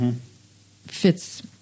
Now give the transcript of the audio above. fits